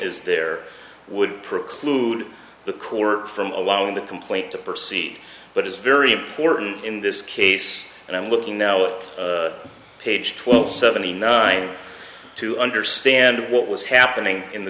is there would preclude the court from allowing the complaint to proceed but is very important in this case and i'm looking now at page twelve seventy nine to understand what was happening in the